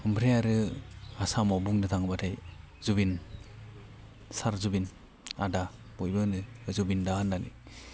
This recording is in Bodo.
ओमफ्राय आरो आसामाव बुंनो थाङोब्लाथाय जुबिन सार जुबिन आदा बयबो होनो जुबिन दा होननानै